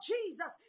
Jesus